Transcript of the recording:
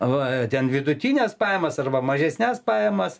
o ten vidutines pajamas arba mažesnes pajamas